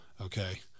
okay